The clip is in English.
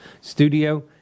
studio